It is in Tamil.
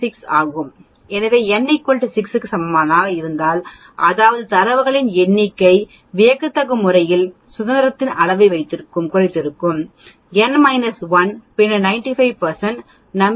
96 ஆகும் எனவே n 6 க்கு சமமாக இருந்தால் அதாவது தரவுகளின் எண்ணிக்கை வியத்தகு முறையில் சுதந்திரத்தின் அளவைக் குறைக்கிறது n 1 பின்னர் 95 நம்பிக்கை t க்கு 2